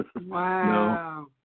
Wow